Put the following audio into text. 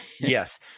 Yes